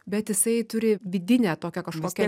bet jisai turi vidinę tokią kažkokią